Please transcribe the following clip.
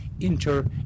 inter-